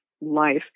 life